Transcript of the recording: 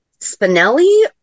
spinelli